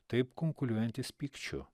taip kunkuliuojantis pykčiu